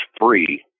free